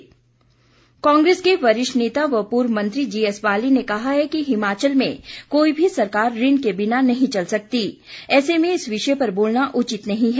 बाली कांग्रेस के वरिष्ठ नेता व पूर्व मंत्री जीएसबाली ने कहा है कि हिमाचल में कोई भी सरकार ऋण के बिना नहीं चल सकती ऐसे में इस विषय पर बोलना उचित नहीं है